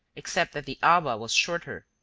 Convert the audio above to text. except that the aba was shorter,